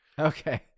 Okay